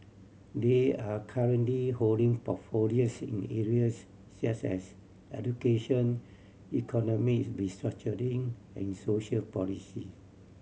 they are currently holding portfolios in areas such as education economies restructuring and social policies